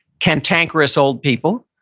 cantankerous old people.